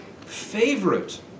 favorite